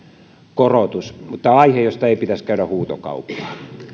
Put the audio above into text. korotus mutta tämä on aihe josta ei pitäisi käydä huutokauppaa